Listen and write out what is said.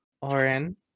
Oren